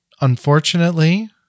Unfortunately